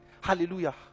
Hallelujah